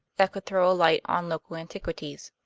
that could throw a light on local antiquities.